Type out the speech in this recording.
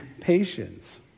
patience